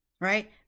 right